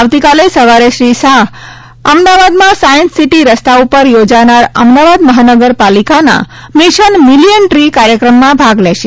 આવતીકાલે સવારે શ્રી શાહ અમદાવાદમાં સાઈન્સ સીટી રસ્તા પર યોજાનાર અમદાવાદ મહાનગરપાલિકાના મિશન મીલીયન ટ્રી કાર્યક્રમમાં ભાગ લેશે